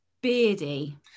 beardy